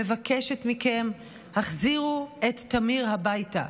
מבקשת מכם: החזירו את תמיר הביתה.